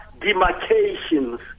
demarcations